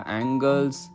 angles